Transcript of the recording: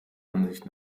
ansicht